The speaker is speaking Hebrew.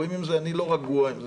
רגועים עם זה, אני לא רגוע עם זה.